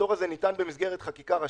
הפטור הזה ניתן במסגרת חקיקה ראשית,